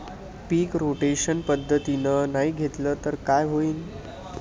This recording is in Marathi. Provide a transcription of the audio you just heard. पीक रोटेशन पद्धतीनं नाही घेतलं तर काय होईन?